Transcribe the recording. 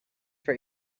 for